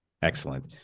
Excellent